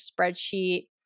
spreadsheet